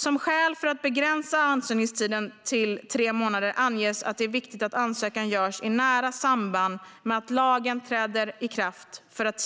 Som skäl för att begränsa ansökningstiden till tre månader anges att det är viktigt att ansökan görs i nära samband med att lagen träder i kraft för att